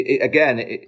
again